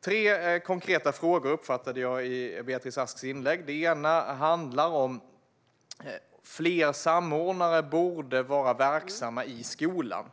Jag uppfattade tre konkreta frågor i Beatrice Asks anförande. Den första handlar om att fler samordnare borde vara verksamma i skolan.